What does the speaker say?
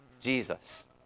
Jesus